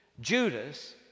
Judas